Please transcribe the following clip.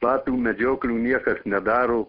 lapių medžioklių niekas nedaro